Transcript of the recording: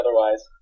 otherwise